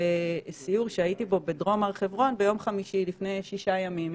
סיור שהייתי בו בדרום הר חברון ביום חמישי לפני שישה ימים,